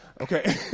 Okay